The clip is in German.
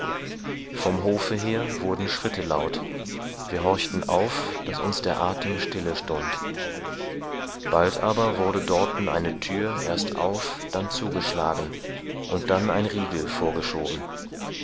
vom hofe her wurden schritte laut wir horchten auf daß uns der athem stille stund bald aber wurde dorten eine thür erst aufdann zugeschlagen und dann ein riegel vorgeschoben